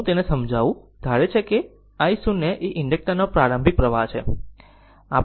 તેથી અને હું તેને સમજાવું ધારે છે કે i0 એ ઇન્ડક્ટર નો પ્રારંભિક પ્રવાહ છે